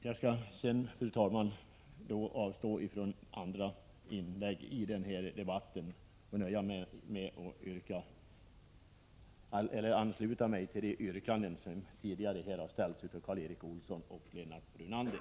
Jag tänker avstå från andra inlägg i denna debatt och nöjer mig med att ansluta mig till de yrkanden som gjorts av Karl Erik Olsson och Lennart Brunander.